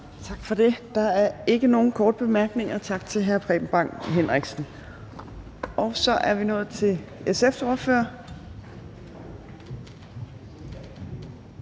Tak for det. Der er ikke nogen korte bemærkninger. Tak til hr. Preben Bang Henriksen. Og så er vi nået til SF's ordfører.